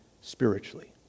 spiritually